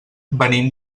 venim